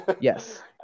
Yes